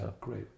great